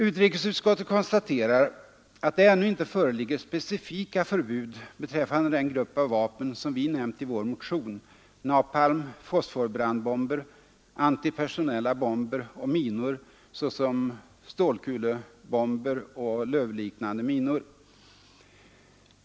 Utrikesutskottet konstaterar att det ännu inte föreligger specifika förbud beträffande den grupp av vapen som vi nämnt i vår motion: napalm, fosforbrandbomber, antipersonella bomber och minor, såsom stålkulebomber och lövliknande minor.